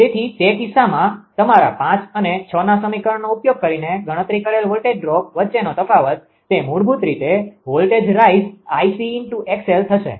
તેથી તે કિસ્સામાં તમારા અને ના સમીકરણનો ઉપયોગ કરીને ગણતરી કરેલ વોલ્ટેજ ડ્રોપ વચ્ચેનો તફાવત તે મૂળભૂત રીતે વોલ્ટેજ રાઇઝ 𝐼𝑐𝑥𝑙 થશે